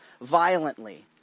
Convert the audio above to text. violently